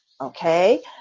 Okay